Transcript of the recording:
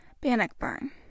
Bannockburn